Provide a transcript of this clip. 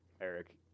Eric